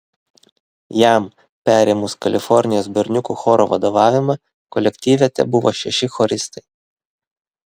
jam perėmus kalifornijos berniukų choro vadovavimą kolektyve tebuvo šeši choristai